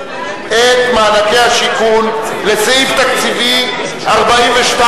על מענקי השיכון לסעיף תקציבי 42,